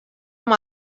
amb